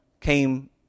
came